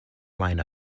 line